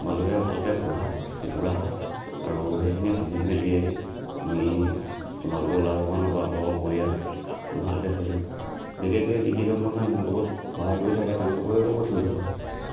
তোমালোকে ভালকে পোহা কুকুৰা হাঁহ আৰু সেইখিনি পুহি মেলি তুমি তোমালোকো লাভৱান হ'বা ঘৰ পৰিয়ালটো ভালকৈ চলিব বিশেষকৈ যি কেইজন মানুহে মোৰ লগত সহায় কৰি থাকে তেওঁলোককো কৈছোঁ এইটো কথা